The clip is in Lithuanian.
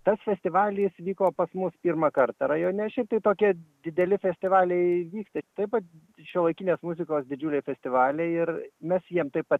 tas festivalis vyko pas mus pirmą kartą rajone šiaip tai tokie dideli festivaliai vyksta taip pat šiuolaikinės muzikos didžiuliai festivaliai ir mes jiem taip pat